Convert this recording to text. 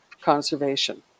conservation